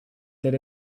that